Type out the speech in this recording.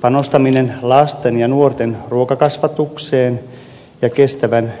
panostaminen lasten ja nuorten ruokakasvatukseen ja kestävän